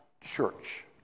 church